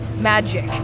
magic